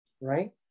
Right